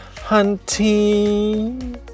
Hunting